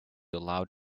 allowed